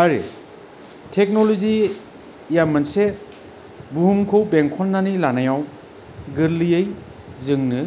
आरो टेक्न'ल'जिया मोनसे बुहुमखौ बेंखननानै लानायाव गोरलैयै जोंनो